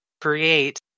create